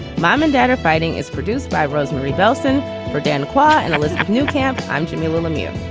mom and dad are fighting is produced by rosemarie bellson for dan quayle ah and elizabeth new camp i'm jamilah lemieux,